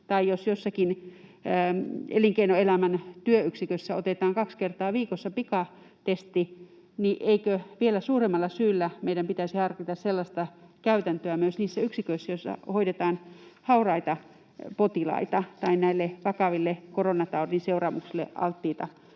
Tai jos jossakin elinkeinoelämän työyksikössä otetaan kaksi kertaa viikossa pikatesti, niin eikö vielä suuremmalla syyllä meidän pitäisi harkita sellaista käytäntöä myös niissä yksiköissä, joissa hoidetaan hauraita potilaita tai näille vakaville koronataudin seuraamuksille alttiita